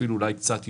אפילו אולי קצת יותר.